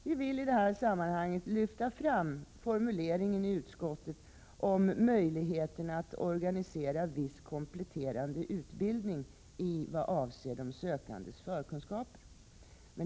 Vi vill i det här sammanhanget lyfta fram formuleringen i utskottets betänkande om möjligheterna att organisera viss kompletterande utbildning i vad avser de sökandes förkunskaper.